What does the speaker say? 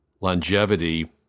longevity